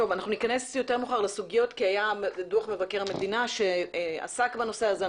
אנחנו ניכנס יותר מאוחר לסוגיות כי היה דוח מבקר המדינה שעסק בנושא הזה,